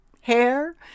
hair